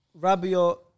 Rabiot